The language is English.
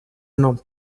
not